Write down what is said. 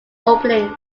openings